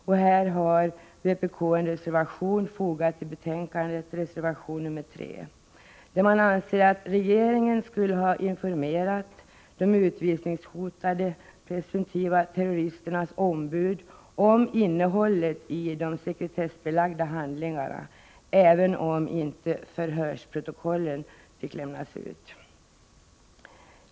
Här har vpk fogat en reservation till betänkandet, reservation nr 3, där vpk anser att regeringen skulle ha informerat de utvisningshotade presumtiva terroristernas ombud om innehållet i de sekretessbelagda handlingarna även om inte förhörsprotokollen lämnades ut.